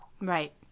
right